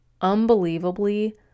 unbelievably